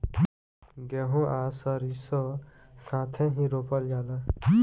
गेंहू आ सरीसों साथेही रोपल जाला